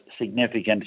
significant